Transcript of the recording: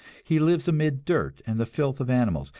he lives amid dirt and the filth of animals,